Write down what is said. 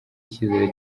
icyizere